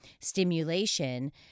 stimulation